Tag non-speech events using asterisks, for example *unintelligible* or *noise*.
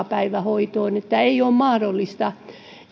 *unintelligible* päivähoitoon ei ole mahdollista